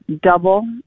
double